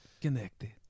Connected